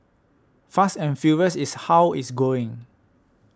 fast and furious is how it's going